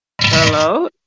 Hello